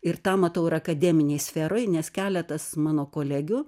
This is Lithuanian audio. ir tą matau ir akademinėj sferoj nes keletas mano kolegių